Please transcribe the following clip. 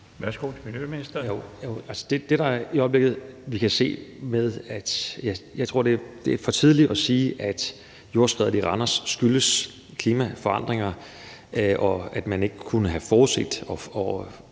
Jeg tror, det er for tidligt at sige, at jordskredet i Randers skyldes klimaforandringer, og at man ikke kunne have forudset og